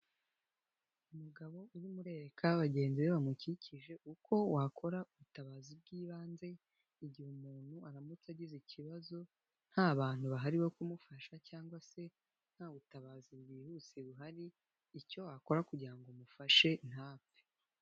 Umugabo urimo urereka bagenzi be bamukikije uko wakora ubutabazi bw'ibanze, igihe umuntu aramutse agize ikibazo nta bantu bahari bo kumufasha cyangwa se nta butabazi bwihuse buhari, icyo wakora kugira ngo umufashe ntapfe.